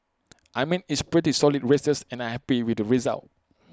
I mean it's pretty solid races and I'm happy with the results